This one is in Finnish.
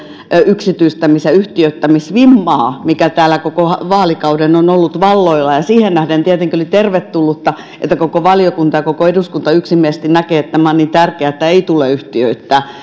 yksityistämis ja yhtiöittämisvimmaa mikä täällä koko vaalikauden on ollut valloillaan ja siihen nähden tietenkin oli tervetullutta että koko valiokunta ja koko eduskunta yksimielisesti näkee että tämä on niin tärkeää että ei tule yhtiöittää